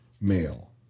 male